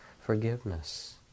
forgiveness